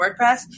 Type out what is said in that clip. WordPress